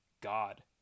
God